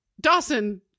dawson